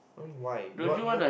why you want you want